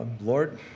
Lord